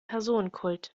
personenkult